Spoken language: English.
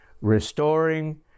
restoring